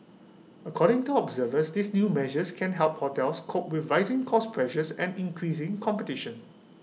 according to observers these new measures can help hotels cope with rising cost pressures and increasing competition